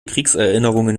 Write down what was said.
kriegserinnerungen